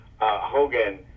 Hogan